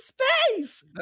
space